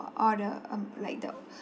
all the um like the